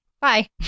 Bye